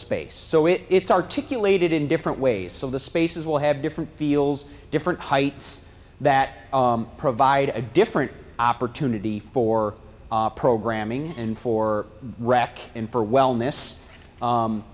space so it it's articulated in different ways so the spaces will have different feels different heights that provide a different opportunity for programming and for rack and for wellness